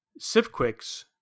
sifquicks